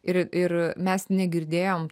ir ir mes negirdėjom